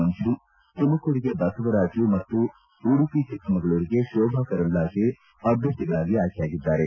ಮಂಜು ತುಮಕೂರಿಗೆ ಬಸವರಾಜು ಮತ್ತು ಉಡುಪಿ ಚಿಕ್ಕಮಗಳೂರಿಗೆ ಶೋಭಾ ಕರಂದ್ಲಾಜೆ ಅಭ್ಯರ್ಥಿಗಳಾಗಿ ಆಯ್ಕೆಯಾಗಿದ್ದಾರೆ